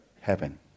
heaven